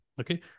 okay